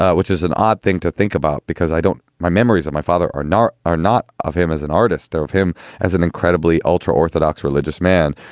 ah which is an odd thing to think about because i don't my memories of my father are not are not of him as an artist, though, of him as an incredibly ultra orthodox religious man.